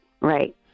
Right